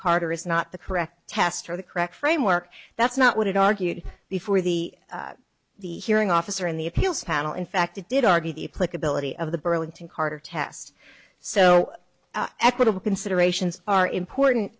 carter is not the correct test for the correct framework that's not what it argued before the the hearing officer in the appeals panel in fact it did argue the playability of the burlington carter test so equitable considerations are important